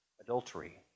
adultery